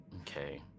Okay